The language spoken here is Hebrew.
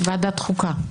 ועדת החוקה.